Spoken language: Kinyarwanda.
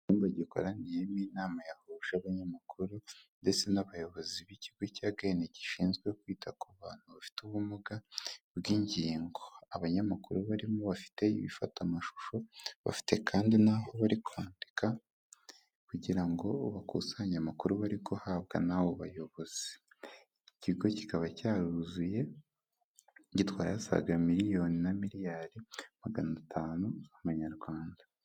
Icyumba gikoraniyemo inama yahuje abanyamakuru ndetse n'abayobozi b'ikigo cya geyini gishinzwe kwita ku bantu bafite ubumuga bw'ingingo. Abanyamakuru barimo bafite ibifata amashusho bafite kandi n'aho bari kwandika kugira ngo bakusanye amakuru bari guhabwa n'abo bayobozi. Ikigo kikaba cyaruzuye gitwaye asaga miliyoni na miliyari magana atanu z'amanyarwanda.